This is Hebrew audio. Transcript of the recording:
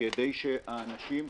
כדי שהאנשים,